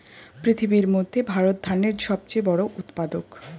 পৃথিবীর মধ্যে ভারত ধানের সবচেয়ে বড় উৎপাদক